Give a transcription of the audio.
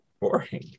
boring